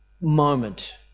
moment